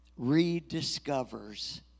rediscovers